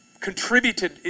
contributed